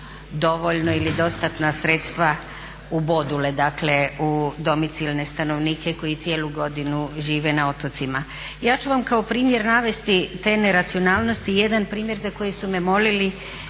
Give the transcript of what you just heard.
dovoljno ili dostatna sredstva u bodule, dakle u domicilne stanovnike koji cijelu godinu žive na otocima. Ja ću vam kao primjer navesti te neracionalnosti jedan primjer za koji su me molili